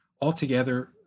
Altogether